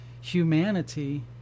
humanity